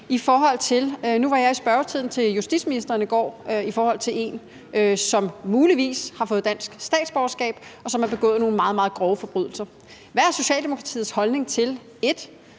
Nu var jeg i spørgetiden med justitsministeren i går inde på noget i forhold til en, som muligvis har fået dansk statsborgerskab, og som har begået nogle meget, meget grove forbrydelser. Hvad er Socialdemokratiets holdning til,